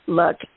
look